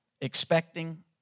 expecting